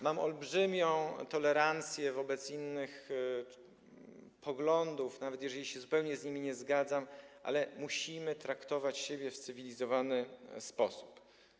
Mam olbrzymią tolerancję wobec innych poglądów, nawet jeżeli się zupełnie z nimi nie zgadzam, ale musimy traktować siebie w cywilizowany sposób.